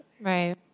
Right